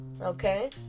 okay